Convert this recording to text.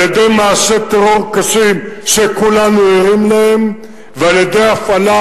על-ידי מעשי טרור קשים שכולנו ערים להם ועל-ידי הפעלה